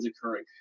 occurring